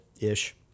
ish